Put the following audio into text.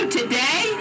today